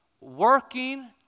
working